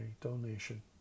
donation